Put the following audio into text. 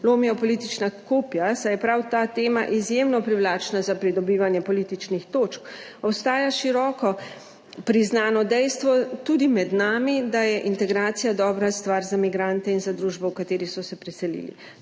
lomijo politična kopja, saj je prav ta tema izjemno privlačna za pridobivanje političnih točk, ostaja široko priznano dejstvo tudi med nami, da je integracija dobra stvar za migrante in za družbo, v kateri so se preselili.